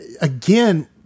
again